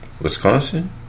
Wisconsin